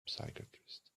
psychiatrist